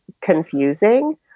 confusing